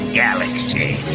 galaxy